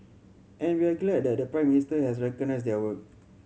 and we're glad that the Prime Minister has recognised their work